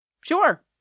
Sure